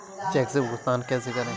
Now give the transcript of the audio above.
Check से भुगतान कैसे करें?